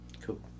cool